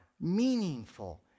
meaningful